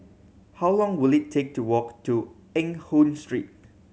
how long will it take to walk to Eng Hoon Street